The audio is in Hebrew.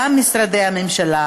גם משרדי הממשלה,